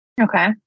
Okay